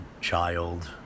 child